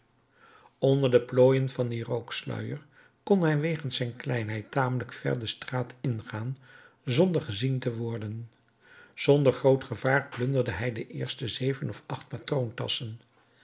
onder de plooien van dien rooksluier kon hij wegens zijn kleinheid tamelijk ver de straat ingaan zonder gezien te worden zonder groot gevaar plunderde hij de eerste zeven of acht